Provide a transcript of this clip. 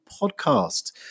podcast